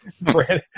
Brandon